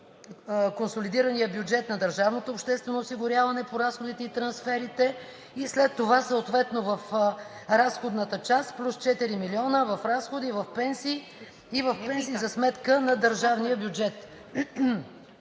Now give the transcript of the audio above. консолидирания бюджет на държавното обществено осигуряване по разходите и трансферите и след това съответно в разходната част – плюс 4 милиона в „Разходи“ и в „Пенсии“ за сметка на държавния бюджет.